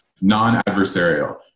non-adversarial